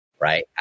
right